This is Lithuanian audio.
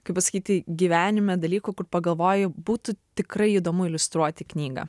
kaip pasakyti gyvenime dalykų kur pagalvoji būtų tikrai įdomu iliustruoti knygą